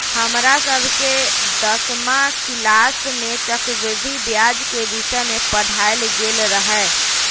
हमरा सभके दसमा किलास में चक्रवृद्धि ब्याज के विषय में पढ़ायल गेल रहै